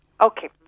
Okay